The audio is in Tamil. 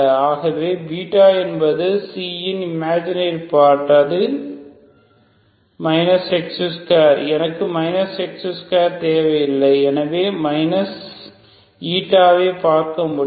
ஆகவே என்பது ன் இமாஜினரி பார்ட் அது x2 எனக்கு x2 தேவை இல்லை எனவே η ஐ பார்க்க முடியும்